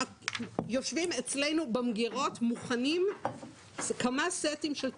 יושבים אצלנו במגרות מוכנים כמה סטים של תקנות.